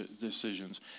decisions